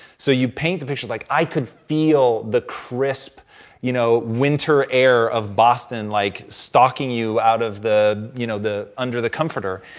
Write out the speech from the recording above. so you paint the picture like i could feel the crisp you know winter air of boston like stalking you out of the you know the under the comforter.